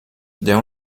der